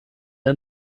ein